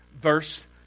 Verse